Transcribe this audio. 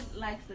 likes